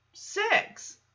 Six